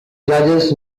judges